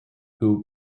who